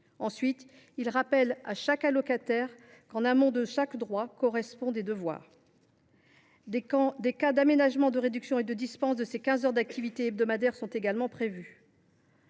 ce texte rappelle à chaque allocataire qu’en amont de chaque droit il y a des devoirs. Des cas d’aménagement, de réduction et de dispense de ces quinze heures d’activité hebdomadaires sont également prévus.